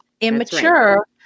Immature